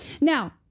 now